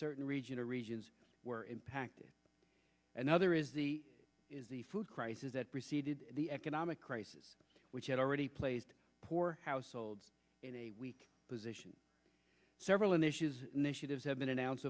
certain region or regions were impacted another izzie the food crisis that preceded the economic crisis which had already placed poor households in a weak position several initiatives initiatives have been announced